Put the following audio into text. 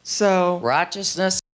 Righteousness